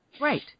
Right